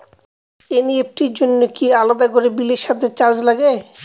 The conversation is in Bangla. এন.ই.এফ.টি র জন্য কি আলাদা করে বিলের সাথে চার্জ লাগে?